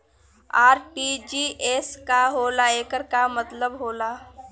RTGS का होला एकर का मतलब होला?